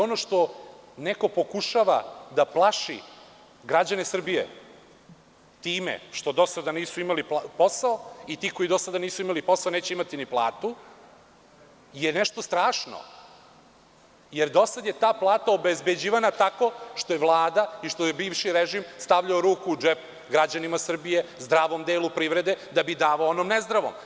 Ono što neko pokušava da plaši građane Srbije time što do sada nisu imali posao i ti koji do sada nisu imali posao neće imati ni platu je nešto strašno, jer do sada je ta plata obezbeđivana tako što je Vlada i što je bivši režim stavljao ruku u džep građanima Srbije, zdravom delu privrede, da bi davao onom nezdravom.